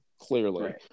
clearly